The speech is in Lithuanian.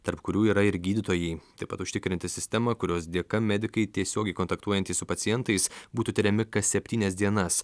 tarp kurių yra ir gydytojai taip pat užtikrinti sistemą kurios dėka medikai tiesiogiai kontaktuojantys su pacientais būtų tiriami kas septynias dienas